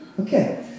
Okay